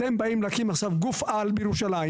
אתם באים להקים עכשיו גוף על בירושלים,